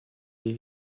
des